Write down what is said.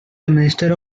minister